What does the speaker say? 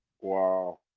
Wow